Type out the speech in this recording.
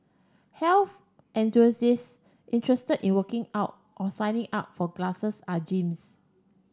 health enthusiasts interested in working out or signing up for classes are gyms